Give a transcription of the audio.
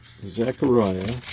Zechariah